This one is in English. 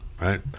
right